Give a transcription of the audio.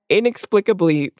inexplicably